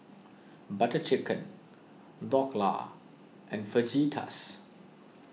Butter Chicken Dhokla and Fajitas